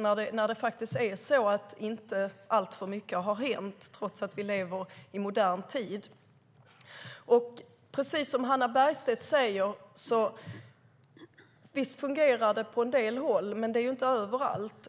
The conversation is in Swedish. när inte alltför mycket har hänt, trots att vi lever i modern tid, måste vi göra mer. Precis som Hannah Bergstedt säger: Visst fungerar det på en del håll. Men det är inte överallt.